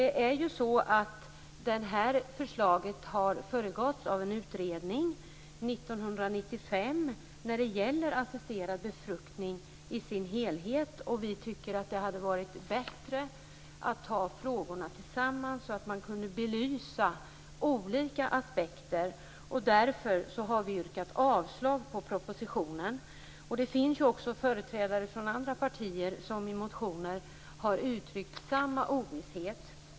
Det här förslaget har föregåtts av en utredning 1995 om assisterad befruktning i sin helhet. Vi tycker att det hade varit bättre att ta upp frågorna tillsammans så att man kunde belysa olika aspekter. Därför har vi yrkat avslag på propositionen. Det finns företrädare för andra partier som i motioner har uttryckt samma ovisshet.